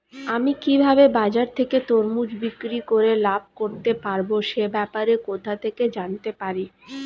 আমি কিভাবে বাজার থেকে তরমুজ বিক্রি করে লাভ করতে পারব সে ব্যাপারে কোথা থেকে জানতে পারি?